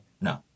No